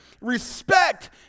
respect